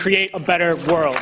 create a better world